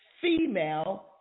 female